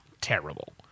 terrible